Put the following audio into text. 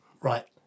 Right